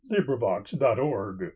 LibriVox.org